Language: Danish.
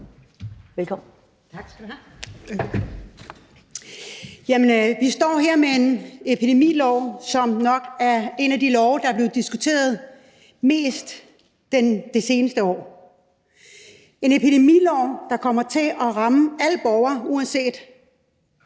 her med et forslag til en epidemilov, som nok er en af de love, som er blevet diskuteret mest det seneste år. Det er en epidemilov, som kommer til at ramme alle borgere, uanset